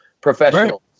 professionals